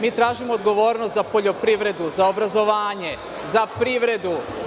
Mi tražimo odgovornost za poljoprivredu, za obrazovanje, za privredu.